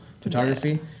photography